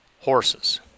Horses